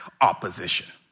opposition